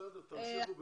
בסדר, תמשיכו בזה.